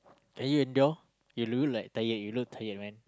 are you a doll you look like tired you look tired man